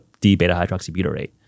D-beta-hydroxybutyrate